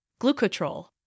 glucotrol